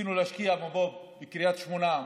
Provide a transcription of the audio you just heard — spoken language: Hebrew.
ניסינו להשקיע במו"פ בקריית שמונה,